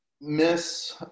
miss